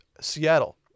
Seattle